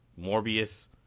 morbius